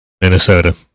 Minnesota